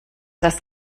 das